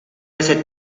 ese